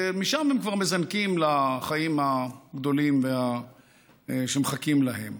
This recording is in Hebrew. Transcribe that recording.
ומשם הם כבר מזנקים לחיים הגדולים שמחכים להם.